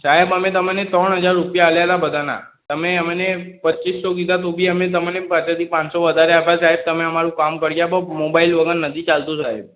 સાહેબ અમે તમને ત્રણ હજાર રૂપિયા આપેલાં બધાનાં તમે અમને પચીસ સો કીધા તો બી અમે તમને પેહેલેથી પાંચસો વધારે આપ્યા સાહેબ તમે અમારું કામ કરી આપો મોબાઈલ વગર નથી ચાલતું સાહેબ